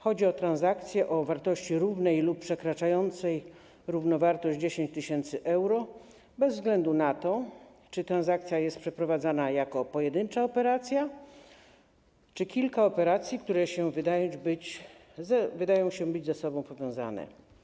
Chodzi o transakcje o wartości równej lub przekraczającej równowartość 10 tys. euro bez względu na to, czy ta transakcja jest przeprowadzana jako pojedyncza operacja, czy kilka operacji, które się wydają być ze sobą powiązane.